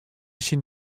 syn